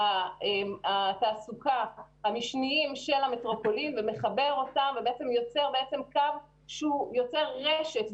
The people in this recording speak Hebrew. התעסוקה המשניים של המטרופולין ובעצם יוצר קו שהוא יותר רשת,